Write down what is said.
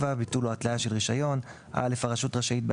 ביטול או התליה של רישיון 7. (א) הרשות רשאית,